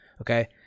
Okay